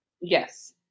yes